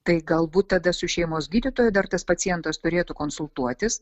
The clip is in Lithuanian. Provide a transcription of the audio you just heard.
tai galbūt tada su šeimos gydytoju dar tas pacientas turėtų konsultuotis